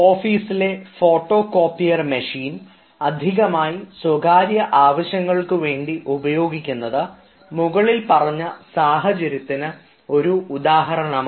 ഓഫീസിലെ photo copier machine അധികമായി സ്വകാര്യ ആവശ്യങ്ങൾക്ക് വേണ്ടി ഉപയോഗിക്കുന്നത് മുകളിൽ പറഞ്ഞ സാഹചര്യത്തിന് ഒരുദാഹരണമാണ്